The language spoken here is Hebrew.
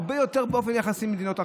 הרבה יותר טוב באופן יחסי למדינות אחרות.